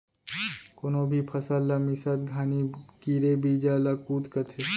कोनो भी फसल ला मिसत घानी गिरे बीजा ल कुत कथें